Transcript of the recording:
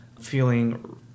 feeling